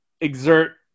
exert